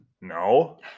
No